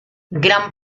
gran